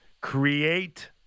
create